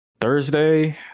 Thursday